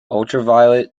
ultraviolet